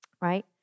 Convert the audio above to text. Right